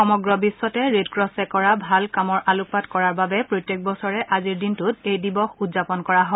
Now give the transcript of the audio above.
সমগ্ৰ বিশ্বতে ৰেডক্ৰচে কৰা ভাল কামৰ আলোকপাত কৰাৰ বাবে প্ৰত্যেক বছৰে আজিৰ দিনটোত এই দিৱস উদযাপন কৰা হয়